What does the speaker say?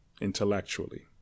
intellectually